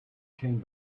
came